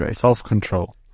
Self-control